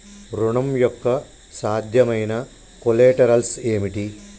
ఋణం యొక్క సాధ్యమైన కొలేటరల్స్ ఏమిటి?